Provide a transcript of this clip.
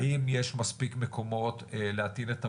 האם יש מספיק מקומות להטעין את הבטריה.